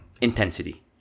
intensity